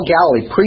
Galilee